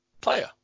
player